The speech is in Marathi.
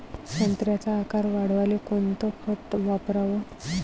संत्र्याचा आकार वाढवाले कोणतं खत वापराव?